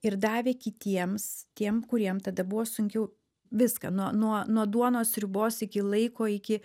ir davė kitiems tiem kuriem tada buvo sunkiau viską nuo nuo nuo duonos sriubos iki laiko iki